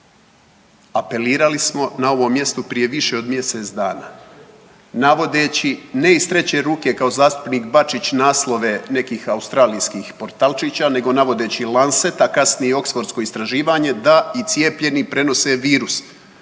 Apelirali smo na ovom mjestu prije više od mjesec dana navodeći ne iz treće ruke kao zastupnik Bačić naslove nekih australijskih portalčića nego navode The Lancet a kasnije i Oxfordsko istraživanje da i cijepljeni prenose virus.